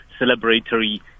celebratory